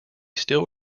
still